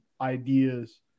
ideas